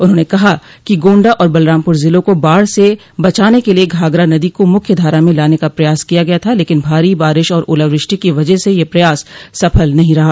उन्होंने कहा कि गोण्डा और बलरामपुर जिलों को बाढ़ से बचाने के लिए घाघरा नदी को मुख्य धारा में लाने का प्रयास किया गया था लेकिन भारी बारिश और ओलावृष्टि की वजह से यह प्रयास सफल नहीं रहा